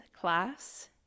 class